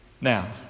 Now